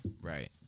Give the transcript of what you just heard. Right